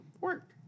work